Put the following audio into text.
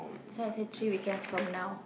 that's why I say three weekend from now